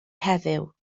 heddiw